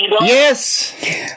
Yes